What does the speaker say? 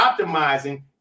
optimizing